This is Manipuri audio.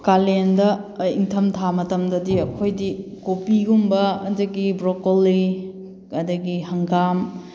ꯀꯥꯂꯦꯟꯗ ꯏꯪꯊꯝꯊꯥ ꯃꯇꯝꯗꯗꯤ ꯑꯩꯈꯣꯏꯗꯤ ꯀꯣꯕꯤꯒꯨꯝꯕ ꯑꯗꯒꯤ ꯕ꯭ꯔꯣꯀꯣꯂꯤ ꯑꯗꯒꯤ ꯍꯪꯒꯥꯝ